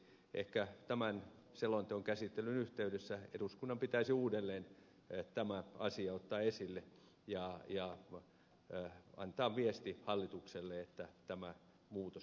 ehkä tämän selonteon käsittelyn yhteydessä eduskunnan pitäisi uudelleen tämä asia ottaa esille ja antaa viesti hallitukselle että tämä muutos toteutettaisiin